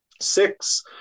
Six